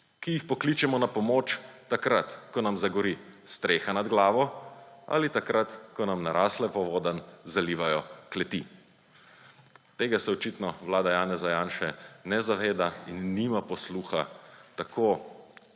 ki jih pokličemo na pomoč takrat, ko nam zgori streha nad glavo, ali takrat, ko nam narasle povodnje zalivajo kleti. Tega se očitno vlada Janeza Janše ne zaveda in nima posluha tako